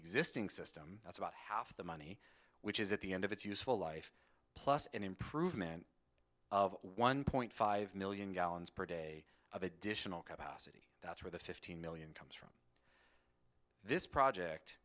existing system that's about half the money which is at the end of its useful life plus an improvement of one point five million gallons per day of additional capacity that's where the fifteen million comes from this project